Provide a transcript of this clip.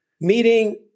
meeting